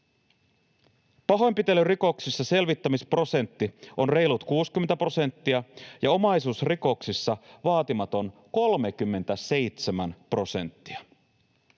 Pahoinpitelyrikoksissa selvittämisprosentti on reilut 60 prosenttia ja omaisuusrikoksissa vaatimaton 37 prosenttia.